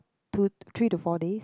two three to four days